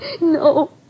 No